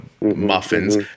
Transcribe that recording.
muffins